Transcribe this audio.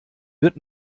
wird